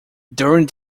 during